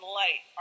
light